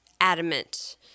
adamant